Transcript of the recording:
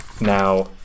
Now